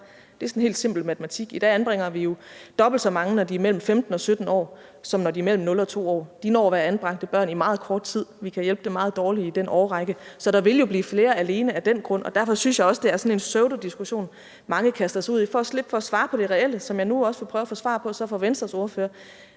Det er sådan helt simpel matematik. I dag anbringer vi jo dobbelt så mange børn, når de er mellem 15 og 17 år, som vi anbringer, når de er mellem 0 og 2 år, og de når at være anbragte børn i meget kort tid, vi kan hjælpe dem meget dårligt i den årrække. Så der vil jo blive flere alene af den grund. Derfor synes jeg også, det er sådan en pseudodiskussion, mange kaster sig ud i for at slippe for at svare på det reelle, og som jeg så også nu vil prøve på at få svar på fra Venstres ordfører: